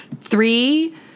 three